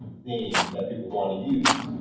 name that people wanna use.